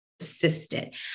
assistant